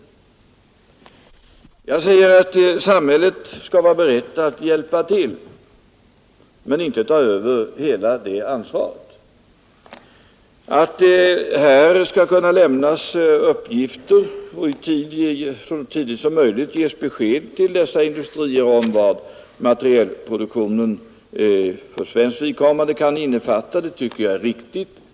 Jag säger att samhället skall vara berett att hjälpa till men inte ta över hela det ansvaret. Det skall kunna lämnas uppgifter och besked så tidigt som möjligt till dessa industrier om vad försvarsmaterielproduktionen för svenskt vidkommande kan innefatta. Det tycker jag är riktigt.